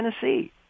Tennessee